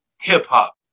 hip-hop